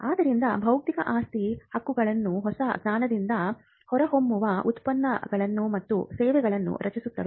ಆದ್ದರಿಂದ ಬೌದ್ಧಿಕ ಆಸ್ತಿ ಹಕ್ಕುಗಳು ಹೊಸ ಜ್ಞಾನದಿಂದ ಹೊರಹೊಮ್ಮುವ ಉತ್ಪನ್ನಗಳು ಮತ್ತು ಸೇವೆಗಳನ್ನು ರಕ್ಷಿಸುತ್ತವೆ